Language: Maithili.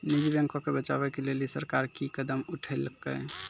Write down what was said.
निजी बैंको के बचाबै के लेली सरकार कि कदम उठैलकै?